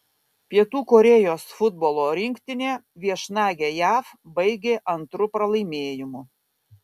pietų korėjos futbolo rinktinė viešnagę jav baigė antru pralaimėjimu